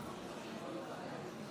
47, נגד, 54. אני קובע שההצעה של יש עתיד לא